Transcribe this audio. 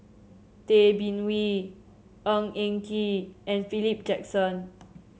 Tay Bin Wee Ng Eng Kee and Philip Jackson